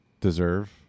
deserve